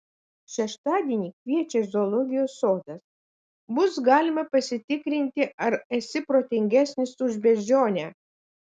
šeštadienį kviečia zoologijos sodas bus galima pasitikrinti ar esi protingesnis už beždžionę